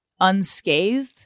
unscathed